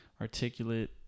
articulate